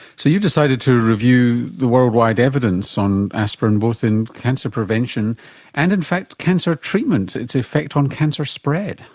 so you decided to review the worldwide evidence on aspirin, both in cancer prevention and in fact cancer treatment, its effect on cancer spread.